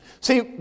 See